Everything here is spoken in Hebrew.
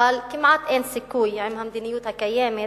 אבל כמעט אין סיכוי עם המדיניות הקיימת,